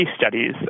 studies